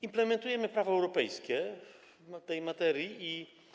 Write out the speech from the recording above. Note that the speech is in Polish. Implementujemy prawo europejskie w tej materii.